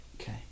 Okay